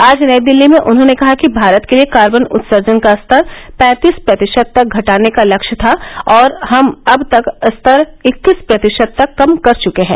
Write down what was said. आज नई दिल्ली में उन्होंने कहा कि भारत के लिए कार्वन उत्सर्जन का स्तर पैंतीस प्रतिशत तक घटाने का लक्ष्य था और हम अब तक स्तर इक्कीस प्रतिशत तक कम कर चुके हैं